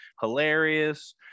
hilarious